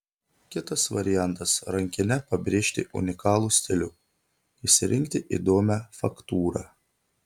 kitas variantas rankine pabrėžti unikalų stilių išsirinkti įdomią faktūrą